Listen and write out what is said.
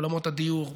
בעולמות הדיור,